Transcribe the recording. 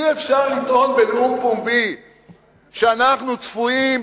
אי-אפשר לטעון בנאום פומבי שאנחנו צפויים,